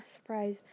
Surprise